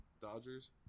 Dodgers